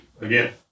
again